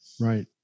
Right